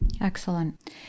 Excellent